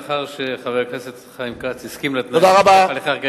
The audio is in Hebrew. לאחר שחבר הכנסת חיים כץ הסכים לתנאים שהליכי החקיקה